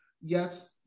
yes